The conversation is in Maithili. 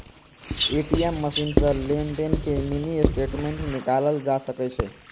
ए.टी.एम मशीन सं लेनदेन के मिनी स्टेटमेंट निकालल जा सकै छै